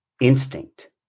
instinct